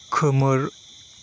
खोमोर